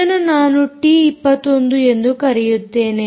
ಇದನ್ನು ನಾನು ಟಿ21 ಎಂದು ಕರೆಯುತ್ತೇನೆ